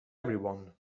everyone